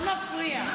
מאוד מפריע.